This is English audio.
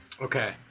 okay